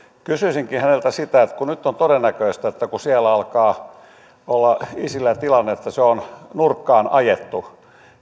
kysyisinkin häneltä kun nyt on todennäköistä että siellä alkaa olla isilillä tilanne että se on nurkkaan ajettu